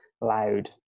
loud